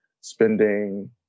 spending